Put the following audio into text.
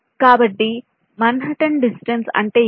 కాబట్టి Manhattan distance అంటే ఏమిటి